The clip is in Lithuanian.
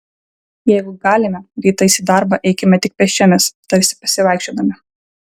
jeigu galime rytais į darbą eikime tik pėsčiomis tarsi pasivaikščiodami